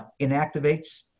inactivates